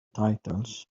titles